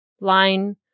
line